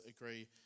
agree